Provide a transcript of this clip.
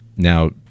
Now